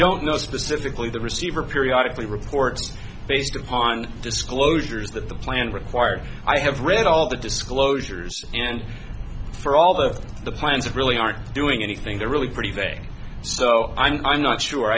don't know specifically the receiver periodically reports based upon disclosures that the plan required i have read all the disclosures and for all of the plans really aren't doing anything that really pretty vague so i'm i'm not sure